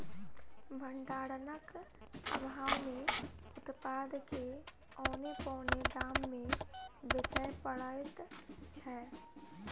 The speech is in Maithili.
भंडारणक आभाव मे उत्पाद के औने पौने दाम मे बेचय पड़ैत छै